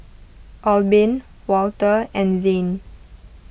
Albin Walter and Zane